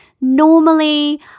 normally